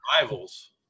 Rivals